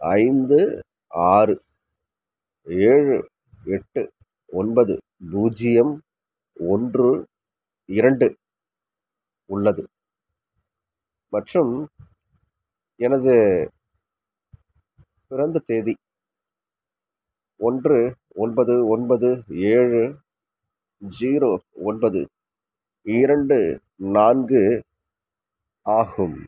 ஐந்து ஆறு ஏழு எட்டு ஒன்பது பூஜ்ஜியம் ஒன்று இரண்டு உள்ளது மற்றும் எனதுப் பிறந்த தேதி ஒன்று ஒன்பது ஒன்பது ஏழு ஜீரோ ஒன்பது இரண்டு நான்கு ஆகும்